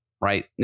right